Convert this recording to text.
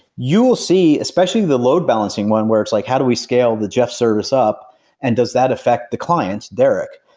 you will see, especially the load balancing one where it's like how do we scale the jeff service up and does that affect the clients derek?